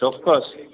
ચોક્કસ